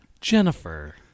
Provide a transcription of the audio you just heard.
Jennifer